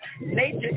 nature